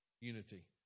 unity